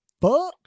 fuck